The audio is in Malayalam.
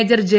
major J